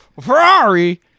Ferrari